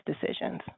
decisions